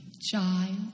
child